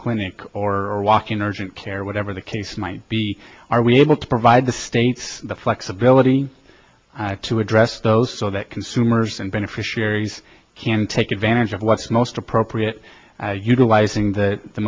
clinic or walk in urgent care whatever the case might be are we able to provide the state the flexibility to address those so that consumers and beneficiaries can take advantage of what's most appropriate utilizing the the